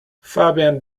fabian